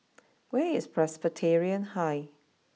where is Presbyterian High